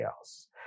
else